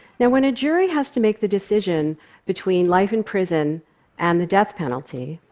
now, when a jury has to make the decision between life in prison and the death penalty,